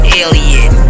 alien